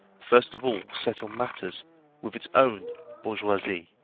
first of all settle matters with its own bourgeoisie.